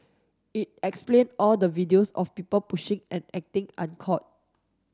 it explain all the videos of people pushing and acting